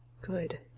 Good